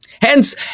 Hence